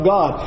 God